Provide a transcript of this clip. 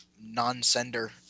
non-sender